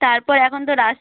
তারপর এখন তো